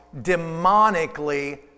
demonically